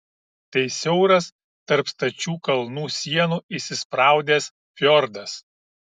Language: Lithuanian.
tai siauras tarp stačių kalnų sienų įsispraudęs fjordas